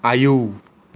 आयौ